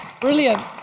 Brilliant